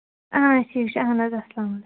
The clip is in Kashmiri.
اہن حظ ٹھیٖک چھُ اہن حظ السلامُ علیکُم